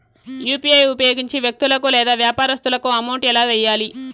UPI ఉపయోగించి వ్యక్తులకు లేదా వ్యాపారస్తులకు అమౌంట్ ఎలా వెయ్యాలి